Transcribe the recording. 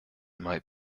might